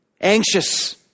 anxious